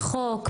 חוק?